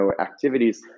activities